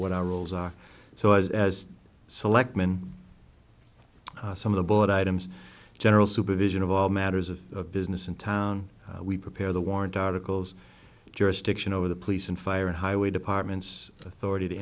what our roles are so i was as selectman some of the bought items general supervision of all matters of business in town we prepare the warrant articles jurisdiction over the police and fire and highway departments authority to